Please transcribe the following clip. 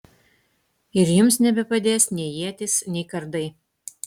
ir jums nebepadės nei ietys nei kardai